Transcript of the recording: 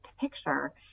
picture